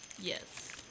Yes